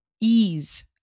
ease